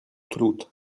trud